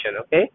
Okay